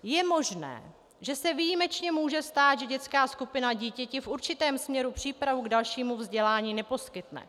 Je možné, že se výjimečně může stát, že dětská skupina dítěti v určitém směru přípravu k dalšímu vzdělání neposkytne.